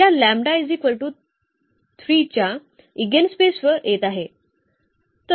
या च्या ईगेनस्पेसवर येत आहे